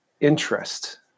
interest